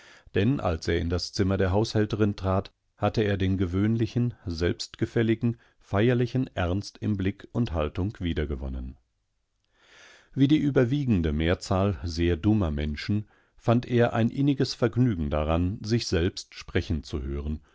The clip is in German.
sammelte seine zerstreute besinnung und dachte anscheinend mit vollkommener selbstzufriedenheitnach dennalserindaszimmerderhaushälterintrat hatteerden gewöhnlichen selbstgefälligen feierlichen ernst im blick und haltung wiedergewonnen wie die überwiegende mehrzahl sehr dummer menschen fand er ein inniges vergnügen daran sich selbst sprechen zu hören